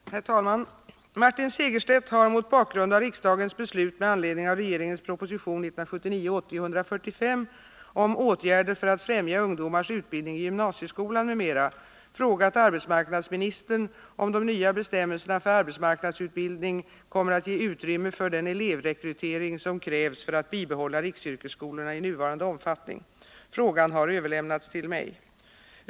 Herr talman! Martin Segerstedt har mot bakgrund av riksdagens beslut med anledning av regeringens proposition 1979/80:145 om åtgärder för att främja ungdomars utbildning i gymnasieskolan m.m. frågat arbetsmarknadsministern, om de nya bestämmelserna för arbetsmarknadsutbildning kommer att ge utrymme för den elevrekrytering som krävs för att bibehålla riksyrkesskolorna i nuvarande omfattning. Frågan har överlämnats till mig.